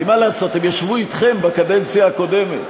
כי מה לעשות, הם ישבו אתכם בקדנציה הקודמת,